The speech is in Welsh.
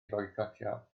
foicotio